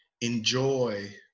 enjoy